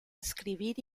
escribir